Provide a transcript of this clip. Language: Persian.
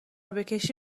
بکشی